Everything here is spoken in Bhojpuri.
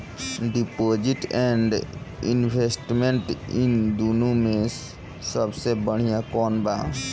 डिपॉजिट एण्ड इन्वेस्टमेंट इन दुनो मे से सबसे बड़िया कौन बा?